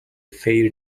fair